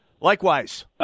Likewise